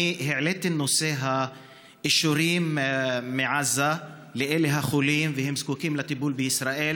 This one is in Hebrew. אני העליתי את נושא האישורים מעזה לאלה החולים שזקוקים לטיפול בישראל,